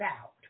out